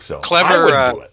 Clever